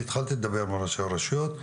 אני התחלתי לדבר עם ראשי הרשויות,